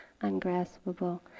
ungraspable